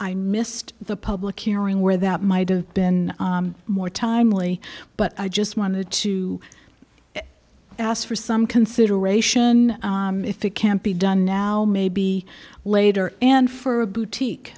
i missed the public hearing where that might have been more timely but i just wanted to ask for some consideration if it can't be done now may be later and for a boutique